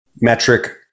metric